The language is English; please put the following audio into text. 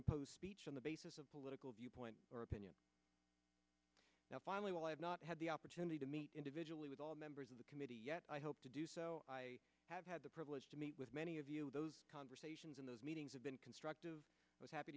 impose speech on the basis of political viewpoint or opinion now finally while i have not had the opportunity to meet individually with all members of the committee yet i hope to do so i have had the privilege to meet with many of those conversations in those meetings have been constructive i was happy